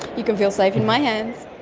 you can feel safe in my hands.